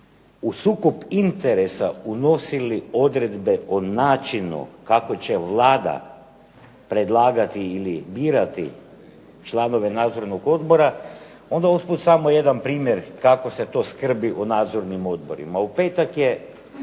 u sukob interesa unosili odredbe o načinu kako će Vlada predlagati ili birati članove nadzornog odbora, onda usput samo jedan primjer kako se to skrbi u nadzornim odborima. U petak je